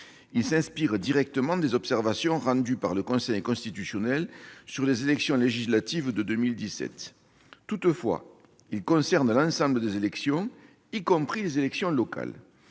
Ils s'inspirent directement des observations formulées par le Conseil constitutionnel sur les élections législatives de 2017. Toutefois, ils concernent l'ensemble des élections, y compris les élections locales.